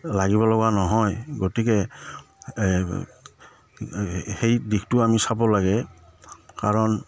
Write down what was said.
লাগিব লগা নহয় গতিকে সেই দিশটো আমি চাব লাগে কাৰণ